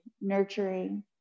nurturing